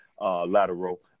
lateral